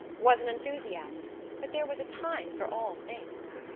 was an enthusiast but there was a time for all things.